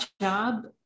job